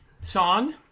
Song